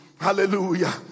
Hallelujah